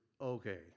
okay